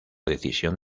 decisión